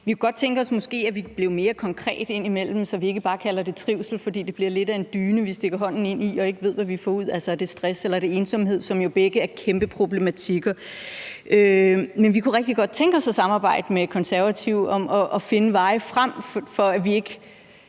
Vi kunne måske godt tænke os, at vi indimellem blev mere konkrete, så vi ikke bare kalder det trivsel. For det bliver lidt af en dyne, vi stikker hånden ind i, og hvor vi ikke ved, hvad vi får ud, altså om det er stress eller det er ensomhed, som jo begge er kæmpe problematikker. Men vi kunne rigtig godt tænke os at samarbejde med Konservative om at finde nogle veje frem, så vi ikke